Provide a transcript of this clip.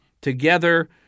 together